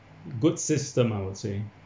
good system I would say